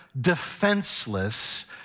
defenseless